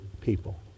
people